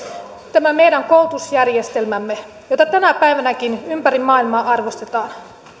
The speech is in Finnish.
tämän meidän koulutusjärjestelmämme jota tänä päivänäkin ympäri maailmaa arvostetaan